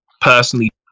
personally